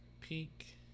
Peak